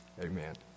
Amen